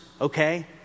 okay